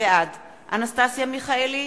בעד אנסטסיה מיכאלי,